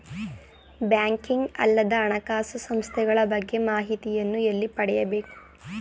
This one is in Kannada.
ಬ್ಯಾಂಕಿಂಗ್ ಅಲ್ಲದ ಹಣಕಾಸು ಸಂಸ್ಥೆಗಳ ಬಗ್ಗೆ ಮಾಹಿತಿಯನ್ನು ಎಲ್ಲಿ ಪಡೆಯಬೇಕು?